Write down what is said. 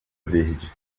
verde